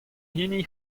hini